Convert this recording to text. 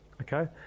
okay